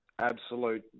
absolute